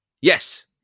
Yes